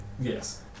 Yes